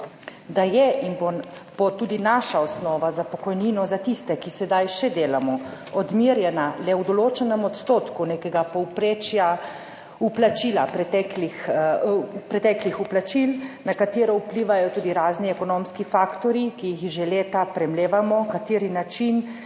Da je in bo, bo tudi naša osnova za pokojnino za tiste, ki sedaj še delamo, odmerjena le v določenem odstotku nekega povprečja vplačila preteklih, preteklih vplačil, na katero vplivajo tudi razni ekonomski faktorji, ki jih že leta premlevamo, kateri način